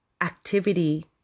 Activity